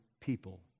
people